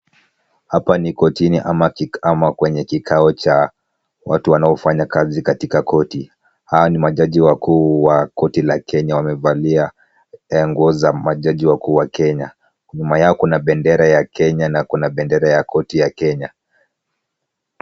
Hapa ni kotini ama kwenye kikao cha watu wanaofanya kazi katika koti. Hawa ni majaji wakuu wa koti la Kenya. Wamevalia nguo za majaji wakuu wa Kenya, nyuma yao kuna bendera ya Kenya na kuna bendera ya koti ya Kenya.